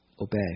obey